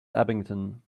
abington